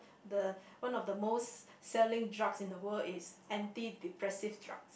the one of the most selling drugs in the world anti depressive drugs